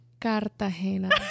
Cartagena